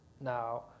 Now